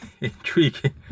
intriguing